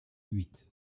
huit